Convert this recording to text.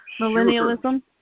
millennialism